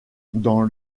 dans